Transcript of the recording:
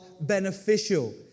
beneficial